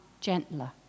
gentler